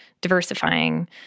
diversifying